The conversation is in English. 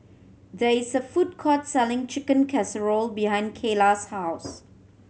there is a food court selling Chicken Casserole behind Kaylah's house